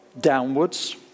downwards